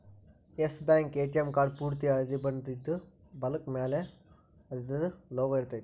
S Bank ATM card ಪೂರ್ತಿ ಹಳ್ದಿ ಬಣ್ಣದಿದ್ದು, ಬಲಕ್ಕ ಮ್ಯಾಲೆ ಅದರ್ದ್ ಲೊಗೊ ಇರ್ತೆತಿ